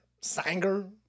sanger